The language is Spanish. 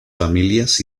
familias